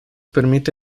permite